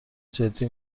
جدی